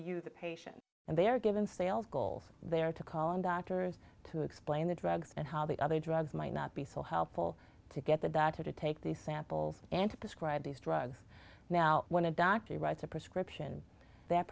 use a patient and they are given sales goals they are to call in doctors to explain the drugs and how the other drugs might not be so helpful to get the doctor to take the samples and to prescribe these drugs now when a doctor writes a prescription th